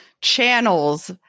channels